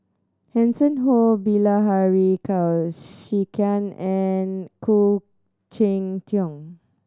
Hanson Ho Bilahari Kausikan and Khoo Cheng Tiong